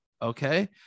Okay